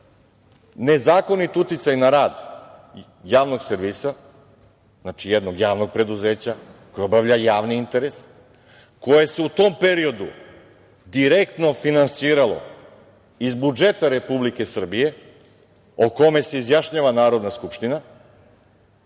nezakonit uticaj na rad javnog servisa, znači jednog javnog preduzeća koji obavlja javni interes, koje se u tom periodu direktno finansiralo iz budžeta Republike Srbije, o kome se izjašnjava Narodna skupština